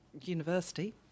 University